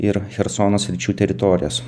ir chersono sričių teritorijas